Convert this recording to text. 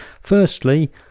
Firstly